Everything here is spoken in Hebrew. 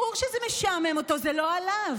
ברור שזה משעמם אותו, זה לא עליו.